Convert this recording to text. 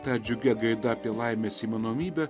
ta džiugia gaida apie laimės įmanomybę